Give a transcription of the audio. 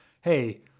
Hey